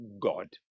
God